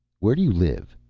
where do you live?